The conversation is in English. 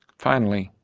finally,